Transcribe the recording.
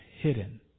hidden